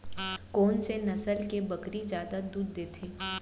कोन से नस्ल के बकरी जादा दूध देथे